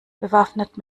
bewaffnet